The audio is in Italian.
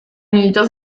unito